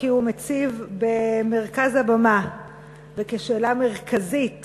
כי הוא מציב במרכז הבמה וכשאלה מרכזית